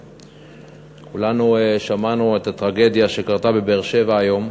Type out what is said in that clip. כולנו שמענו על הטרגדיה שקרתה בבאר-שבע היום,